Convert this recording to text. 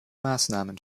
maßnahmen